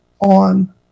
on